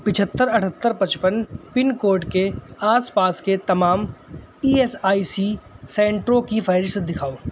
پچھتر اٹھتر پچپن پن کوڈ کے آس پاس کے تمام ای ایس آئی سی سنٹروں کی فہرست دکھاؤ